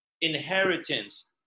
inheritance